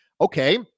okay